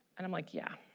and i'm like yeah